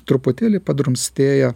truputėlį padrumstėja